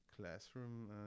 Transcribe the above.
classroom